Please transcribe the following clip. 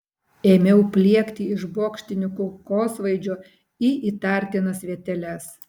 ėmiau pliekti iš bokštinio kulkosvaidžio į įtartinas vieteles